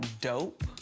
dope